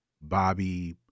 Bobby